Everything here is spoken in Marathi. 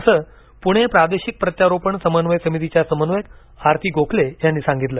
असे पूणे प्रादेशिक प्रत्यारोपण समन्वय समितीच्या समन्वयक आरती गोखले यांनी सांगितलं